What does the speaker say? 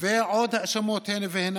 ועוד האשמות כהנה וכהנה.